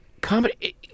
comedy